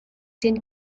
den